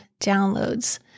downloads